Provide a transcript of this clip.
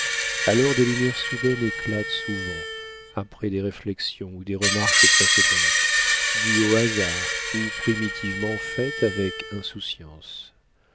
alors des lumières soudaines éclatent souvent après des réflexions ou des remarques précédentes dues au hasard ou primitivement faites avec insouciance